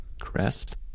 Crest